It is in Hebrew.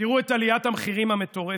תראו את עליית המחירים המטורפת.